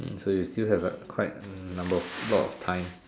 so you still have quite hmm a number of a lot of time